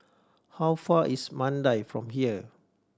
how far is Mandai from here